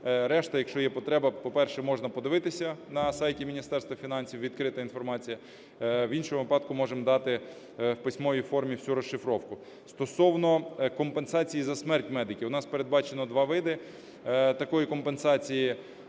решта, якщо є потреба, по-перше, можна подивитися на сайті Міністерства фінансів, відкрита інформація, в іншому випадку можемо дати в письмовій формі всю розшифровку. Стосовно компенсації за смерть медиків. У нас передбачено два види такої компенсації.